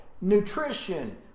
nutrition